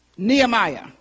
Nehemiah